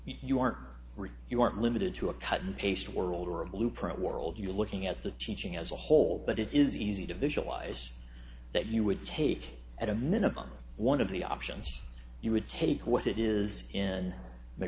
really you aren't limited to a cut and paste world or a blueprint world you're looking at the teaching as a whole but it is easy to visualize that you would take at a minimum one of the options you would take what it is in